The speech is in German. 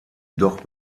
doch